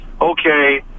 okay